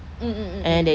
mm mm mm mm